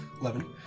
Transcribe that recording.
Eleven